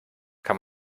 kann